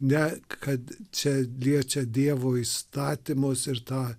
ne kad čia liečia dievo įstatymus ir tą